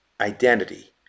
identity